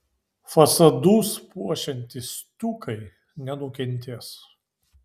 fasadus puošiantys stiukai nenukentės